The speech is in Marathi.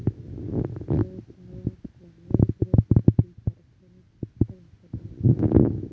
व्यवसायाक भांडवल पुरवच्यासाठी कॉर्पोरेट वित्त वापरला जाता